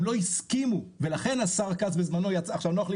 הם לא הסכימו ולכן השר כץ בזמנו יצא עכשיו נוח לי